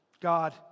God